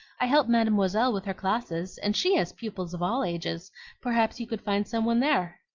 i help mademoiselle with her classes, and she has pupils of all ages perhaps you could find some one there.